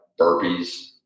burpees